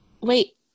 Wait